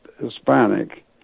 Hispanic